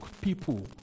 people